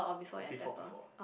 uh before before